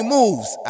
moves